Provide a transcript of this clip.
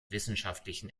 wissenschaftlichen